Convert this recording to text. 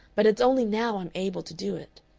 but it's only now i'm able to do it.